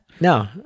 No